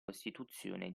costituzione